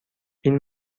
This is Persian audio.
این